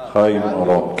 חיים אורון.